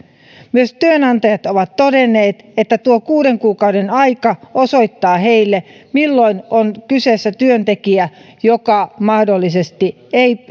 myös työnantajat ovat todenneet että tuo kuuden kuukauden aika osoittaa heille milloin on kyseessä työntekijä joka mahdollisesti ei